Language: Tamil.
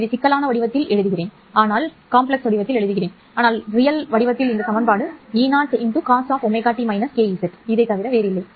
நான் இதை சிக்கலான வடிவத்தில் எழுதுகிறேன் ஆனால் உண்மையான வடிவத்தில் இந்த சமன்பாடு Eocosωt - kzதவிர வேறில்லை